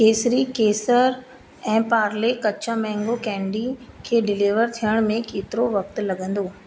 केसरी केसर ऐं पार्ले कच्चा mango candy खे डिलीवर थियण में केतिरो वक़्ति लॻंदो